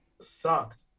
sucked